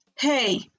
Hey